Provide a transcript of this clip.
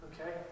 Okay